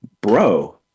bro